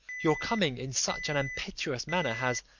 your coming in such an impetuous manner has,